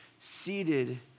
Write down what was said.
seated